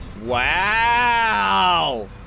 Wow